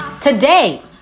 today